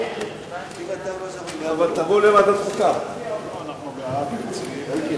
ההצעה להעביר את הצעת חוק פיצויים לנפגעי תאונות דרכים (תיקון